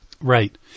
Right